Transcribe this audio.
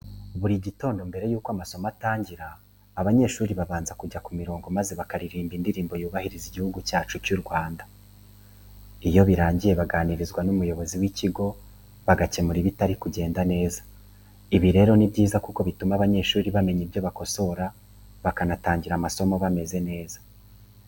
Buri gitondo mbere yuko amasomo atangira abanyeshuri babanza kunja ku mirongo maze bakaririmba Indirimbo yubahiriza Igihugu cyacu cy'u Rwanda. Iyo birangiye baganirizwa n'umuyobozi w'ikigo, bagakemura ibitari kugenda neza. Ibi rero ni byiza kuko bituma abanyeshuri bamenya ibyo bakosora bakanatangira amasomo bameze neza.